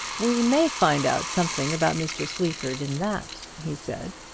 we may find out something about mr. sleaford in that, he said.